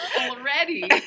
already